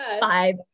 five